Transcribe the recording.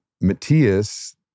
Matthias